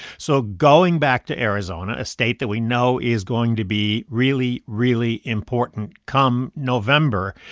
so going back to arizona, a state that we know is going to be really, really important come november,